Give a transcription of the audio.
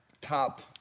top